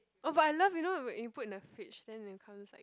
orh but I love you know you when you put into the fridge then it becomes like